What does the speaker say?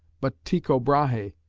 but tycho brahe,